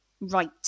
right